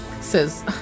says